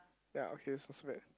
ya okay it's not so bad